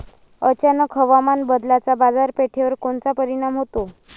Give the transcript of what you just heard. अचानक हवामान बदलाचा बाजारपेठेवर कोनचा परिणाम होतो?